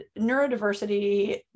neurodiversity